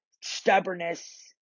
stubbornness